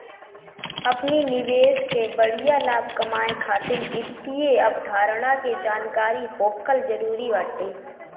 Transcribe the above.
अपनी निवेश कअ बढ़िया लाभ कमाए खातिर वित्तीय अवधारणा के जानकरी होखल जरुरी बाटे